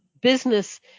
business